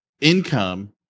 income